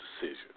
decision